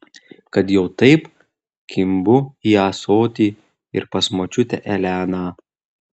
kad jau taip kimbu į ąsotį ir pas močiutę eleną